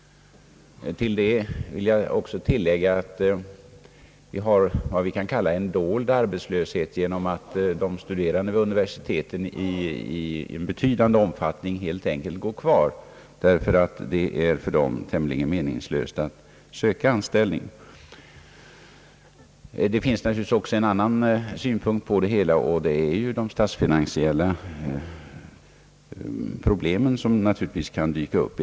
Till det vill jag också lägga, att vi har vad jag kan kalla en dold arbetslöshet, genom att de studerande vid universiteten i betydande omfattning helt enkelt går kvar, eftersom det för dem är tämligen meningslöst att söka anställning. Det finns naturligtvis också en annan synpunkt på detta, nämligen de statsfinansiella problem som kan dyka upp.